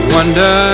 Wonder